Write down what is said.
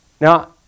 Now